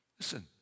Listen